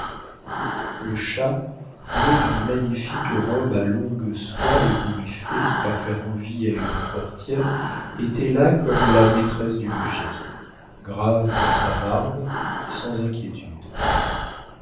le chat doué d'une magnifique robe à longues soies ébouriffées à faire envie à une portière était là comme la maîtresse du logis grave dans sa barbe sans inquiétude